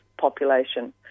population